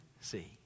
see